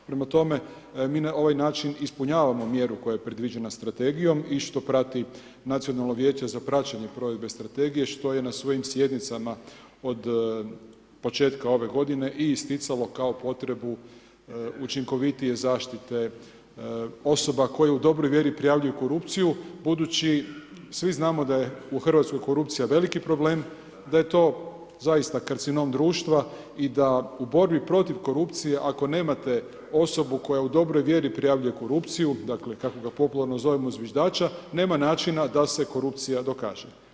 Prema tome, mi na ovaj način ispunjavamo mjeru koja je predviđena strategijom i što prati Nacionalno vijeće za praćenje provedbe strategije, što je na svojim sjednicama, od početka ove g. i isticalo kao potrebu učinkovitije zaštite osoba koje u dobroj mjeri prijavljuju korupciji, budući, svi znamo da je u Hrvatskoj korupcija veliki problem, da je to zaista karcinom društva i da u borbi protiv korupcije, ako nemate osobu koja u dobroj vjeri prijavljuje korupciju, dakle, kako ga popularno zovemo zviždača, nema načina da se korupcija dokaže.